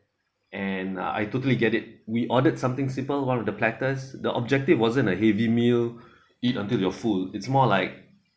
and I totally get it we ordered something simple one of the platters the objective wasn't a heavy meal eat eat until you're full it's more of like